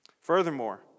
Furthermore